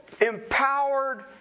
empowered